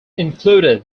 included